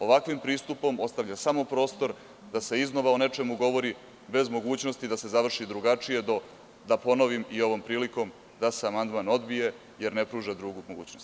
Ovakvim pristupom ostavlja se samo prostor da se iznova o nečemu govori, bez mogućnosti da se završi drugačije do, da ponovim i ovom prilikom, da se amandman odbije jer ne pruža drugu mogućnost.